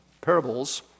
parables